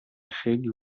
خیلی